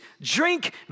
drink